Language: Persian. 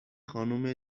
خانم